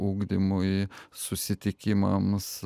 ugdymui susitikimams